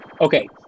Okay